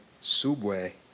Subway